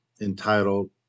entitled